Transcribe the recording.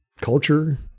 culture